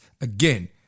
Again